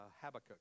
Habakkuk